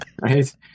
right